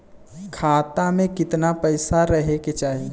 खाता में कितना पैसा रहे के चाही?